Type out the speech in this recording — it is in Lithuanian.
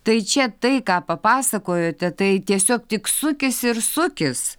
tai čia tai ką papasakojote tai tiesiog tik sukis ir sukis